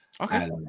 Okay